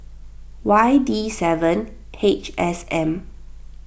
Y D seven H S M